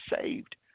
saved